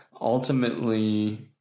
ultimately